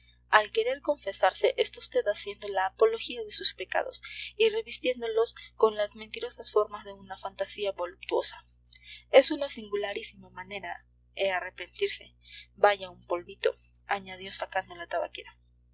al querer confesarse está usted haciendo la apología de sus pecados y revistiéndolos con las mentirosas formas de una fantasía voluptuosa es una singularísima manera e arrepentirse vaya un polvito añadió sacando la tabaquera